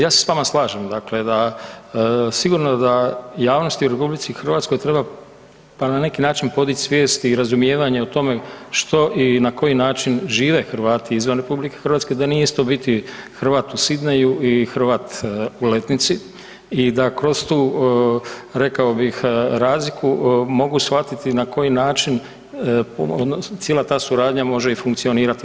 Ja se s vama slažem, dakle da sigurno da javnosti u RH treba pa na neki način podić svijest i razumijevanje o tome što i na koji način žive Hrvati izvan RH, da nije isto biti Hrvat u Sydneyju i Hrvat u Letnici i da kroz tu rekao bih razliku, mogu shvatiti na koji način pomalo odnosno cijela ta suradnja može i funkcionirati.